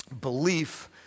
Belief